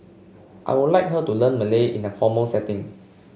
I would like her to learn Malay in a formal setting